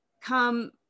come